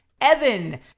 Evan